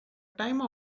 time